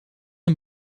een